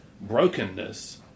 brokenness